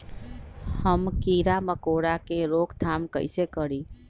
हम किरा मकोरा के रोक थाम कईसे करी?